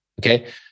Okay